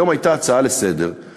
היום הייתה הצעה לסדר-היום.